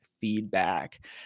feedback